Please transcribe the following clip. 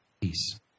peace